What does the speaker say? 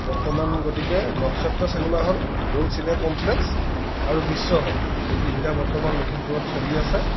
বৰ্তমান গতিকে Nakshatra cinema hall gold cine complex আৰু বিশ্ব হল এই তিনিটা বৰ্তমান লখিমপুৰত চলি আছে